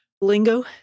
lingo